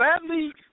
sadly